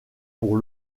pour